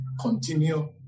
continue